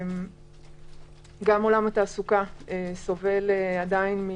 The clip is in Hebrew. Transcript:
גם עולם התעסוקה סובל עדיין,